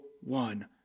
one